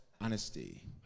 honesty